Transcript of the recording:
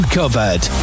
covered